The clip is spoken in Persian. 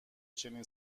چنین